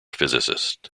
physicist